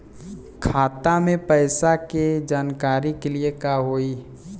खाता मे पैसा के जानकारी के लिए का होई?